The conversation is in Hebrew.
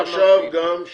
עכשיו הוספנו עוד משהו.